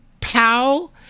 pow